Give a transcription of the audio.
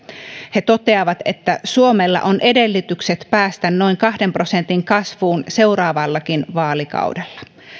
he toteavat että suomella on edellytykset päästä noin kahden prosentin kasvuun seuraavallakin vaalikaudella